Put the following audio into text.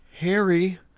Harry